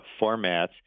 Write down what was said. formats